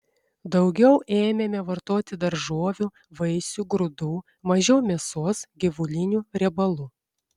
daugiau ėmėme vartoti daržovių vaisių grūdų mažiau mėsos gyvulinių riebalų